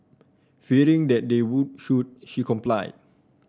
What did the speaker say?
fearing that they would shoot she complied